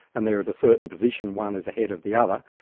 and they're at a certain position, one is ahead of the other,